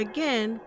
Again